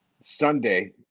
Sunday